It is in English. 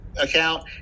Account